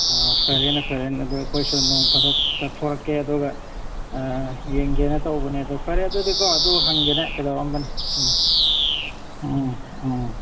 ꯑꯣ ꯐꯔꯦꯅꯦ ꯐꯔꯦꯅꯦ ꯑꯗꯨ ꯑꯩꯈꯣꯏꯁꯨ ꯅꯣꯡ ꯐꯥꯗꯣꯛ ꯆꯠꯊꯣꯔꯛꯀꯦ ꯑꯗꯨꯒ ꯌꯦꯡꯒꯦꯅ ꯇꯧꯕꯅꯦ ꯑꯗꯣ ꯐꯔꯦ ꯑꯗꯨꯗꯤ ꯀꯣ ꯑꯗꯨ ꯍꯪꯒꯦꯅ ꯀꯩꯗꯧꯔꯝꯕꯅꯤ ꯎꯝ ꯎꯝ ꯎꯝ ꯎꯝ ꯎꯝ